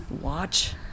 Watch